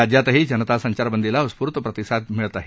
राज्यातही जनता संचारबंदीला उत्स्फूर्त प्रतिसाद मिळत आहे